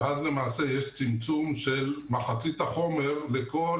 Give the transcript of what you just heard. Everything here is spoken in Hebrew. ואז למעשה יש צמצום של מחצית החומר לכל